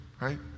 right